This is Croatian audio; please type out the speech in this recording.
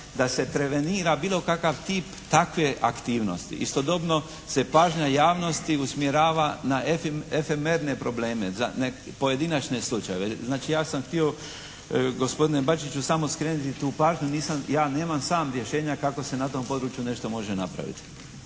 da se prevenira bilo kakav tip takve aktivnosti. Istodobno se pažnja javnosti usmjerava na efemerne probleme za pojedinačne slučajeve. Znači ja sam htio gospodine Bačiću samo skrenuti tu pažnju. Ja nemam sam rješenja kako se na tom području nešto može napraviti.